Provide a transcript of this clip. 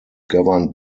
governed